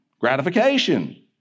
gratification